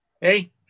Hey